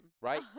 Right